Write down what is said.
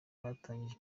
batangije